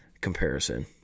comparison